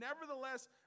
Nevertheless